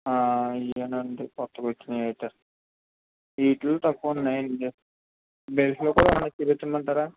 ఇయ్యేనండి కొత్తగొచ్చినయి అయితే వీటిలో తక్కువున్నాయండి చుపించమంటారా